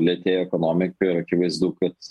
lėtėja ekonomika akivaizdu kad